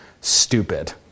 stupid